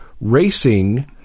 racing